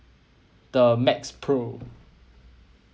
the max pro